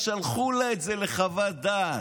שלחו לה את זה לחוות דעת.